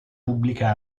pubblica